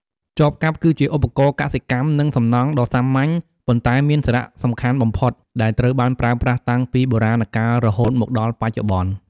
ចបកាប់ គឺជាឧបករណ៍កសិកម្ម និងសំណង់ដ៏សាមញ្ញ ប៉ុន្តែមានសារៈសំខាន់បំផុត ដែលត្រូវបានប្រើប្រាស់តាំងពីបុរាណកាលរហូតមកដល់បច្ចុប្បន្ន។